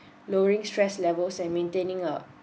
lowering stress levels and maintaining a